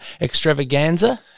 extravaganza